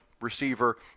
receiver